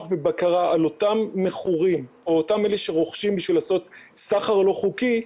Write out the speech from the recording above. ובקרה על אותם מכורים או אותם אלה שרוכשים כדי לעשות סחר לא חוקי,